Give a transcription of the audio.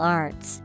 arts